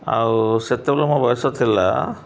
ଆଉ ସେତେବେଳେ ମୋ ବୟସ ଥିଲା